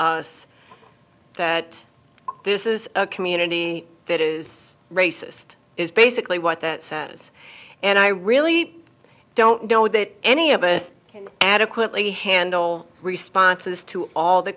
us that this is a community that is racist is basically what that says and i really don't know that any of us can adequately handle responses to all the